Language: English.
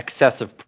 excessive